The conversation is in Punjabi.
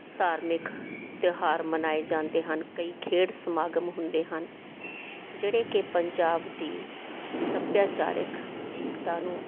ਧਾਰਮਿਕ ਤਿਉਹਾਰ ਮਨਾਏ ਜਾਂਦੇ ਹਨ ਕਈ ਖੇਡ ਸਮਾਗਮ ਹੁੰਦੇ ਹਨ ਜਿਹੜੇ ਕਿ ਪੰਜਾਬ ਦੀ ਸੱਭਿਆਚਾਰਿਕ ਏਕਤਾ ਨੂੰ